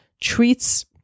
treats